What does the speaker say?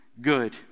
good